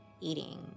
eating